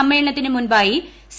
സമ്മേളനത്തിനു മുമ്പായി സി